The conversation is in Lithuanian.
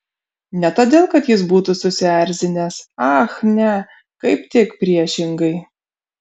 ne todėl kad jis būtų susierzinęs ach ne kaip tik priešingai